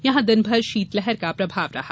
यहां दिनभर शीतलहर का प्रभाव रहा